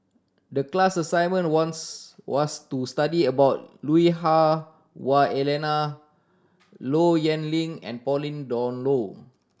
the class assignment wants was to study about Lui Hah Wah Elena Low Yen Ling and Pauline Dawn Loh